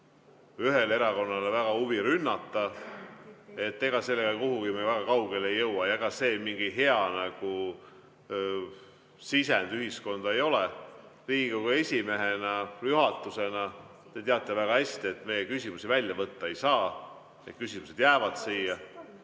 ühele erakonnale väga huvi rünnata. Ega sellega kuhugi väga kaugele ei jõua ja ega see mingi hea sisend ühiskonda ei ole. [Endise] Riigikogu esimehena, juhatuse [liikmena] te teate väga hästi, et meie küsimusi välja võtta ei saa, need küsimused jäävad siia.